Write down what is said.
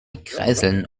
kreiseln